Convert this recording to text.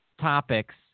topics